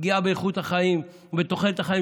פגיעה באיכות החיים ובתוחלת החיים,